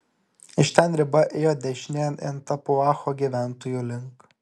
iš ten riba ėjo dešinėn en tapuacho gyventojų link